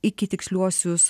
iki tiksliuosius